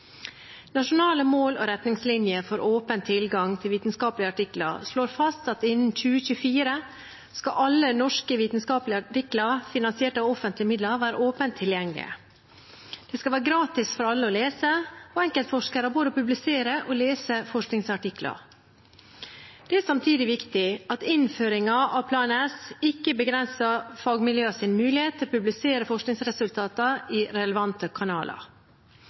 Nasjonale mål og retningslinjer for åpen tilgang til vitenskapelige artikler slår fast at innen 2024 skal alle norske vitenskapelige artikler som er finansiert av offentlige midler, være åpent tilgjengelig. Det skal være gratis for alle å lese og gratis for enkeltforskere både å publisere og å lese forskningsartikler. Det er samtidig viktig at innføringen av Plan S ikke begrenser fagmiljøenes mulighet til å publisere forskningsresultater i relevante kanaler.